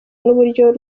n’uburyo